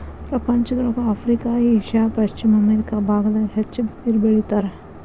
ಪ್ರಪಂಚದೊಳಗ Africa Asia ಪಶ್ಚಿಮ America ಬಾಗದಾಗ ಹೆಚ್ಚ ಬಿದಿರ ಬೆಳಿತಾರ